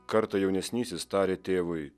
kartą jaunesnysis tarė tėvui